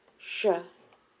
sure